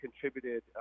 contributed